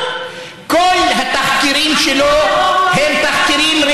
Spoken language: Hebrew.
כל התחקירים שלו הם תחקירים,